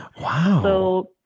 Wow